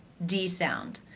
d sound.